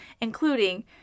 including